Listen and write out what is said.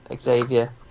Xavier